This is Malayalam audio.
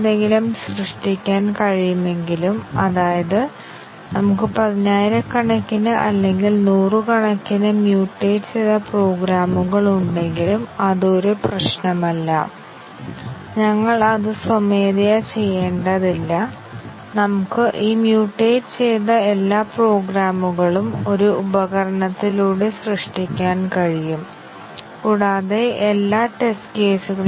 സൈക്ലോമാറ്റിക് സങ്കീർണ്ണത വലുതാണെങ്കിൽ ഒരു കോഡ് മനസിലാക്കാൻ കോഡിലെ എല്ലാ ലിനെയാർലി ഇൻഡിപെൻഡൻറ് പാത്തുകളും ഞങ്ങൾ കണ്ടെത്തുന്നു ഞങ്ങൾ ഔട്ട്പുട്ട് നോക്കി ഏതൊക്കെ ഇൻപുട്ടുകൾ ഇവ ഉൽപാദിപ്പിക്കുന്നുവെന്ന് കാണാൻ ശ്രമിക്കുന്നു അല്ലെങ്കിൽ മറ്റ് സമീപനങ്ങളിൽ ഞങ്ങൾ നോക്കുന്നത് ഇൻപുട്ട് ചെയ്ത് പ്രോഗ്രാമിനെക്കുറിച്ചുള്ള ഈ രണ്ട് തരത്തിലുള്ള ധാരണകളിലും ഉൽപാദിപ്പിക്കുന്ന ഔട്ട്പുട്ട് എന്താണെന്ന് കാണും